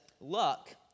luck